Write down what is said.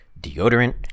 deodorant